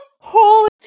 Holy